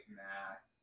mass